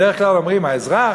בדרך כלל אומרים האזרח,